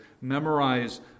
Memorize